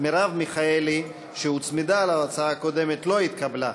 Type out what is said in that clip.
מרב מיכאלי שהוצמדה להצעה הקודמת לא התקבלה.